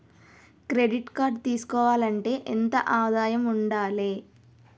Credit card తీసుకోవాలంటే ఎంత ఆదాయం ఉండాలే?